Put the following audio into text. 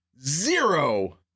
zero